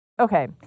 Okay